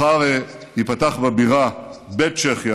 מחר ייפתח בבירה בית צ'כיה